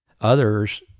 others